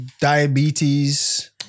Diabetes